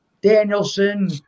danielson